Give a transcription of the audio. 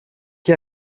chi